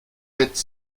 fêtes